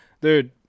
Dude